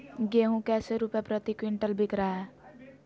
गेंहू कैसे रुपए प्रति क्विंटल बिक रहा है?